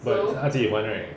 but 他自己换 right